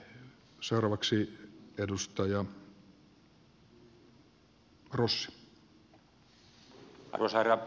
arvoisa herra puhemies